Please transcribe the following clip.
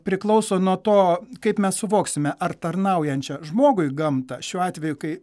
priklauso nuo to kaip mes suvoksime ar tarnaujančią žmogui gamtą šiuo atveju kai